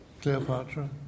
Cleopatra